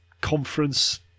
conference